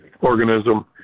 organism